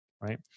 right